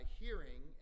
hearing